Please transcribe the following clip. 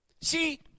See